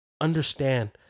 understand